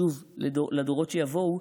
בשביל הדורות שיבואו,